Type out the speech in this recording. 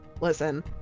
Listen